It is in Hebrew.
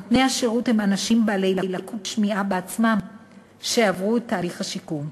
נותני השירות הם אנשים בעלי לקות שמיעה בעצמם שעברו את תהליך השיקום.